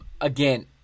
again